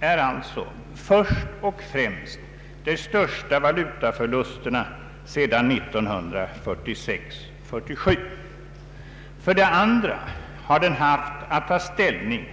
är alltså först och främst de största valutaförlusterna sedan 1946/47. För det andra har den haft att ta ställning